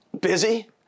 Busy